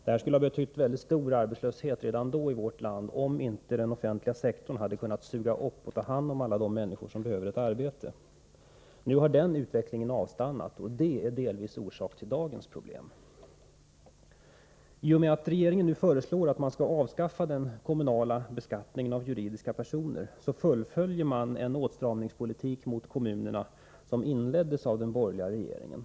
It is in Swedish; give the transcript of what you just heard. Detta skulle ha inneburit en mycket stor arbetslöshet redan då i vårt land, om inte den offentliga sektorn hade kunnat suga upp och ta hand om alla de människor som behövde ett arbete. Nu har den utvecklingen avstannat, och det är detta som delvis är orsaken till dagens problem. I och med att regeringen nu föreslår att man skall avskaffa den kommunala beskattningen av juridiska personer fullföljs den åtstramningspolitik mot kommunerna som inleddes av de borgerliga regeringarna.